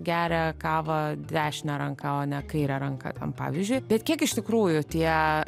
geria kavą dešine ranka o ne kaire ranka ten pavyzdžiui bet kiek iš tikrųjų tie